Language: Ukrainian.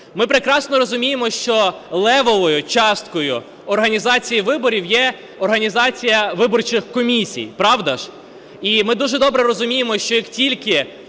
Ми прекрасно розуміємо, що левовою часткою організації виборів є організація виборчих комісій. Правда ж? І ми дуже добре розуміємо, що як тільки